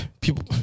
people